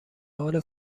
حال